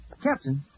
Captain